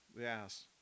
Yes